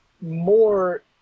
more